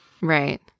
Right